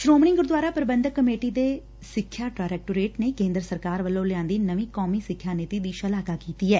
Shiromani Gurdwara Prabandhak committee ਦੇ ਸਿੱਖਿਆ directorate ਨੇ ਕੇਂਦਰ ਸਰਕਾਰ ਵੱਲੋਂ ਲਿਆਂਦੀ ਨਵੀਂ ਕੌਮੀ ਸਿੱਖਿਆ ਨੀਤੀ ਦੀ ਸ਼ਲਾਘਾ ਕੀਤੀ ਏ